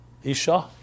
Isha